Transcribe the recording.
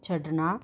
ਛੱਡਣਾ